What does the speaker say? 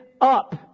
up